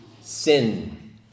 sin